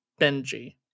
Benji